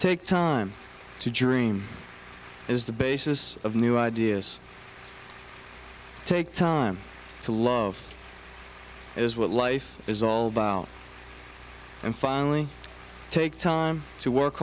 take time to dream is the basis of new ideas take time to love is what life is all about and finally take time to work